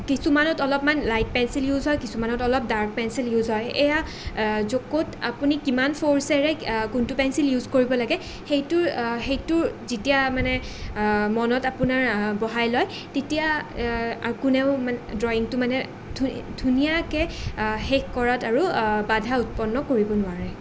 কিছুমানত অলপমান light pencil use হয় কিছুমানত অলপ ডাৰ্ক পেঞ্চিল ইউজ হয় এয়া জোখত আপুনি কিমান ফ'ৰ্ছেৰে কোনটো পেঞ্চিল ইউজ কৰি লাগে সেইটো সেইটো যেতিয়া মানে মনত আপোনাৰ বহাই লয় তেতিয়া কোনেও মানে ড্ৰয়িঙটো মানে ধুনীয়াকৈ শেষ কৰাত আৰু বাধা উৎপন্ন কৰিব নোৱাৰে